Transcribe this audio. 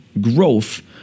growth